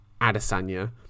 Adesanya